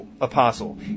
apostle